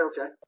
okay